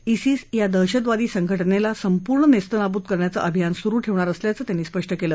ISIS या दहशतवादी संघटनेला संपूर्ण नेस्तनाबूत करण्याचं अभियान सुरु ठेवणार असल्याचं त्यांनी स्पष्ट केलं